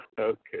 Okay